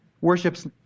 Worship's